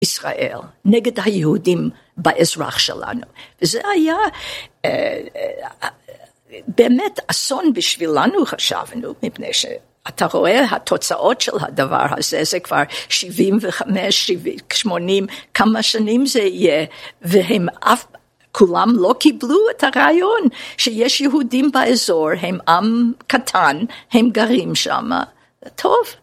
ישראל נגד היהודים באזרח שלנו. זה היה באמת אסון בשבילנו חשבנו, מפני שאתה רואה התוצאות של הדבר הזה, זה כבר שבעים וחמש, שמונים, כמה שנים זה יהיה, והם אף, כולם לא קיבלו את הרעיון שיש יהודים באזור, הם עם קטן, הם גרים שם. טוב.